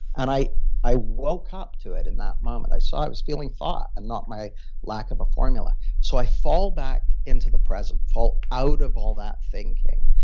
and i i woke up to it in that moment. i saw i was feeling thought, and not my lack of a formula so i fall back into the present, fall out of all that thinking.